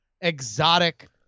exotic